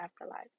afterlife